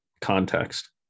context